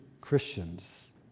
Christians